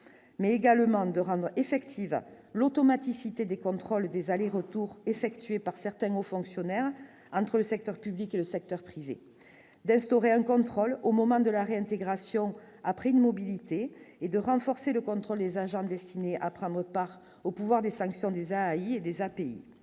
mais également de rendre effective l'automaticité des contrôles des allers-retours effectués par certaines aux fonctionnaires entre le secteur public et le secteur privé, d'instaurer un contrôle au moment de la réintégration après de mobilité et de renforcer le contrôle des agents destinés à prendre part au pouvoir des sanctions du. Zahir des API,